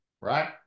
right